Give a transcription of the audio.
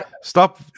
Stop